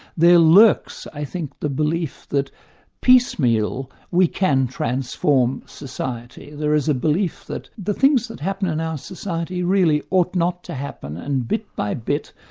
there lurks i think the belief that piecemeal, we can transform society. there is a belief that the things that happen in our society really ought not to happen and bit by bit,